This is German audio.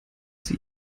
sie